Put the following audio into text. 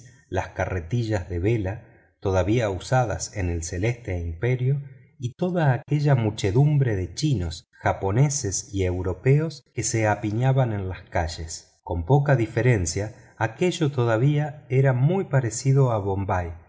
las carretillas de vela todavía usadas en el celeste imperio y toda aquella muchedumbre de chinos japoneses y europeos que se apiñaban en las calles con poca diferencia aquello era todavía muy parecido a bombay